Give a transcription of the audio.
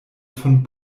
von